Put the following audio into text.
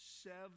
Seven